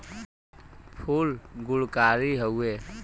फूल गुणकारी हउवे